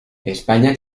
españa